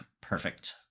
perfect